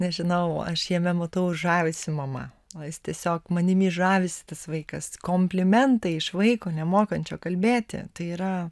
nežinau aš jame matau žavisi mama o jis tiesiog manimi žavisi tas vaikas komplimentai iš vaiko nemokančio kalbėti tai yra